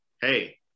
Hey